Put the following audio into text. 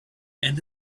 and